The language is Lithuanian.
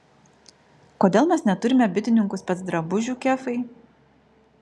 kodėl mes neturime bitininkų specdrabužių kefai